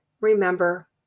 remember